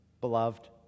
beloved